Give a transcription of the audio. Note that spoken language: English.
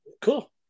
cool